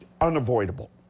unavoidable